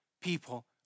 people